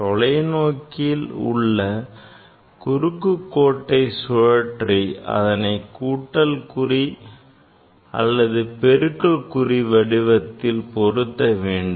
தொலைநோக்கியில் உள்ள குறுக்கு கோட்டை சுழற்றி அதனை கூட்டல் குறி அல்லது பெருக்கல் குறி வடிவத்தில் வடிவத்தில் பொருத்த வேண்டும்